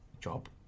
job